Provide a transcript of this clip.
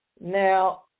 Now